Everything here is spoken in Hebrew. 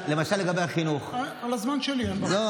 אדוני היושב-ראש,